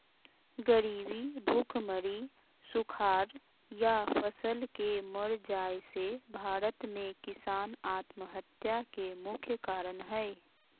गरीबी, भुखमरी, सुखाड़ या फसल के मर जाय से भारत में किसान आत्महत्या के मुख्य कारण हय